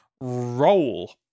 Roll